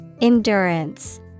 Endurance